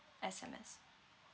S_M_S